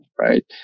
right